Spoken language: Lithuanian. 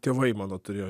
tėvai mano turėjo